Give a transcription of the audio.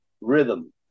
rhythm